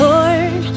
Lord